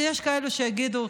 יש כאלו שיגידו,